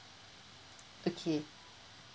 okay